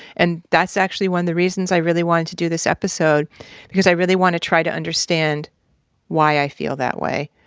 and that's actually one of the reasons i really wanted to do this episode because i really want to try to understand why i feel that way.